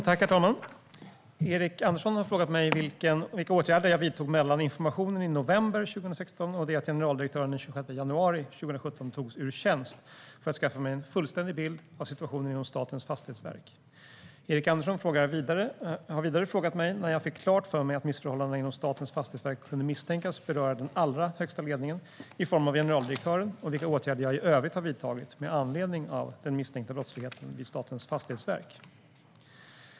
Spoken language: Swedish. Herr talman! Erik Andersson har frågat mig vilka åtgärder jag vidtog mellan informationen i november 2016 och det att generaldirektören den 26 januari 2017 togs ur tjänst för att skaffa mig en fullständig bild av situationen inom Statens fastighetsverk. Erik Andersson har vidare frågat mig när jag fick klart för mig att missförhållandena inom Statens fastighetsverk kunde misstänkas beröra den allra högsta ledningen i form av generaldirektören och vilka åtgärder jag i övrigt har vidtagit med anledning av den misstänkta brottsligheten vid Statens fastighetsverk.